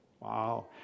Wow